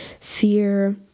fear